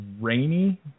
Rainy